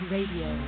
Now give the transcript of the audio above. Radio